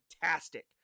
fantastic